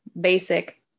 basic